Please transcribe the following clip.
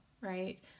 right